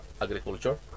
Agriculture